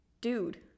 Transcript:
dude